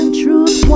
truth